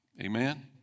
Amen